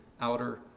outer